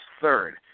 third